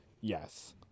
yes